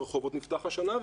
ברחובות נפתח השנה,